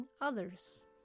others